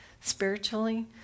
spiritually